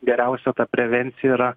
geriausia prevencija yra